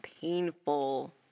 painful